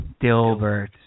Dilbert